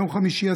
ביום חמישי,